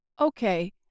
Okay